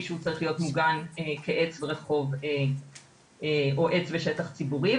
שהוא צריך להיות מוגן כעץ רחוב או עץ בשטח ציבורי.